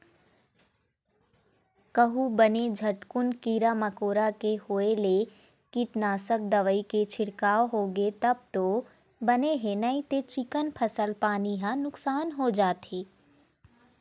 कहूँ बने झटकुन कीरा मकोरा के होय ले कीटनासक दवई के छिड़काव होगे तब तो बने हे नइते चिक्कन फसल पानी ह नुकसान हो जाथे